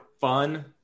fun